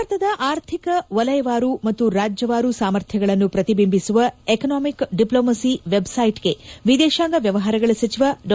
ಭಾರತದ ಆರ್ಥಿಕ ವಲಯವಾರು ಮತ್ತು ರಾಜ್ಯವಾರು ಸಾಮರ್ಥ್ಯಗಳನ್ನು ಪ್ರತಿಬಿಂಬಿಸುವ ಎಕನಾಮಿಕ್ ಡಿಪ್ಲೊಮಸಿ ವೆಬ್ ಸೈಟ್ ಗೆ ವಿದೇಶಾಂಗ ವ್ಯವಹಾರಗಳ ಸಚಿವ ಡಾ